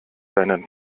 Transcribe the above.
deinen